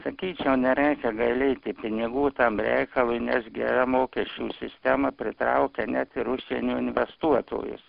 sakyčiau nereikia gailėti pinigų tam reikalui nes gera mokesčių sistema pritraukia net ir užsienio investuotojus